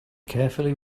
carefully